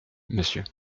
monsieur